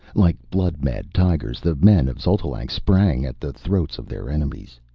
like blood-mad tigers the men of xotalanc sprang at the throats of their enemies.